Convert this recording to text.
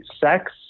sex